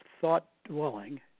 thought-dwelling